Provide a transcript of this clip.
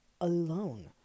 alone